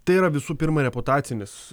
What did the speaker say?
tai yra visų pirma reputacinis